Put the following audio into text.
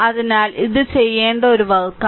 അതിനാൽ ഇത് ചെയ്യേണ്ട ഒരു വർക്കാണ്